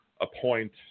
appoint